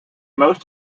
most